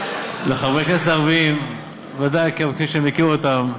חברי הכנסת הערבים, ודאי, כפי שאני מכיר אותם,